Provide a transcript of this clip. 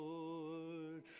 Lord